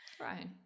Right